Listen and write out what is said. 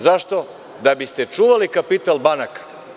Zašto, da bi ste čuvali kapital banaka.